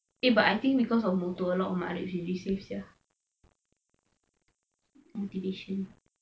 eh but I think because of motor log mah should be safe sia